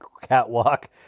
catwalk